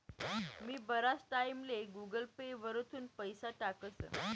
मी बराच टाईमले Google Pay वरथून पैसा टाकस